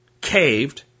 caved